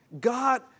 God